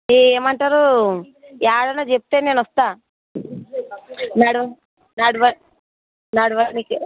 ఏ ఏమంటారు ఎక్కడనో చెప్తే నేను వస్తాను మ్యాడమ్ నడవ నడవడానికి